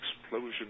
explosion